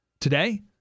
Today